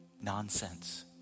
Nonsense